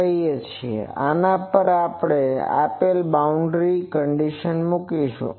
હવેઆના પર આપણે boundary condition મૂકીશું